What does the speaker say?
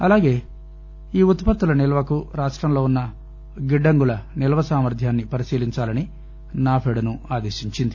అలాగే ఈ ఉత్పత్తుల నిల్వకు రాష్ట్రంలో ఉన్న గిడ్డంగుల నిల్వ సామర్ద్యాన్ని పరిశీలించాలని నాఫెడ్ ను ఆదేశించింది